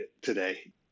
today